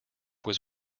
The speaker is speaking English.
was